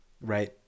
right